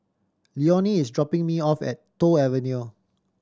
Leonie is dropping me off at Toh Avenue